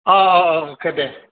फै दे